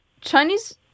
Chinese